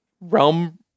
Realm